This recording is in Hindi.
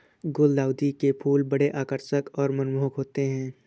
गुलदाउदी के फूल बड़े आकर्षक और मनमोहक होते हैं